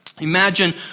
imagine